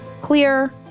clear